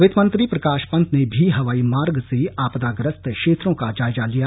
वित्त मंत्री प्रकाश पंत ने भी हवाई मार्ग से आपदाग्रस्त क्षेत्रों का जायजा लिया